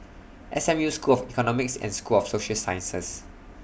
S M U School of Economics and School of Social Sciences